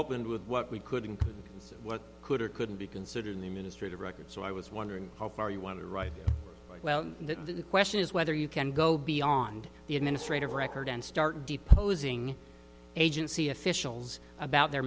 opened with what we could and what could or couldn't be considered in the ministry of record so i was wondering how far you want to write well the question is whether you can go beyond the administrative record and start deposing agency officials about their